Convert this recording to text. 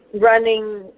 running